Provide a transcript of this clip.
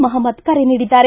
ಮಹಮದ್ ಕರೆ ನೀಡಿದ್ದಾರೆ